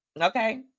Okay